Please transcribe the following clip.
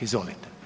Izvolite.